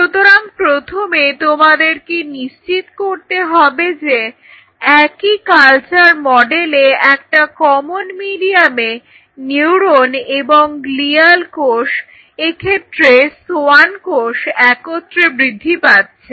সুতরাং প্রথমে তোমাদেরকে নিশ্চিত করতে হবে যে একই কালচার মডেলে একটা কমন মিডিয়ামে নিউরন এবং গ্লিয়াল কোষ এক্ষেত্রে সোয়ান কোষগুলো একত্রে বৃদ্ধি পাচ্ছে